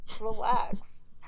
relax